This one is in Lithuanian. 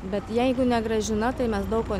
bet jeigu ne gražina tai mes daug ko